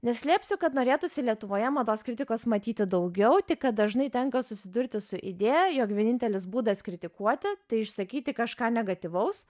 neslėpsiu kad norėtųsi lietuvoje mados kritikos matyti daugiau tik kad dažnai tenka susidurti su idėja jog vienintelis būdas kritikuoti tai išsakyti kažką negatyvaus